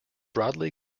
broadly